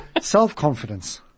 Self-confidence